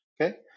okay